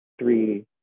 three